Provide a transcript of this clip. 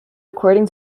according